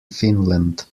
finland